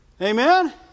Amen